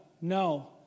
no